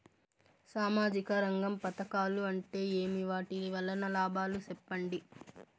సామాజిక రంగం పథకాలు అంటే ఏమి? వాటి వలన లాభాలు సెప్పండి?